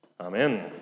Amen